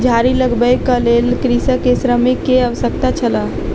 झाड़ी लगबैक लेल कृषक के श्रमिक के आवश्यकता छल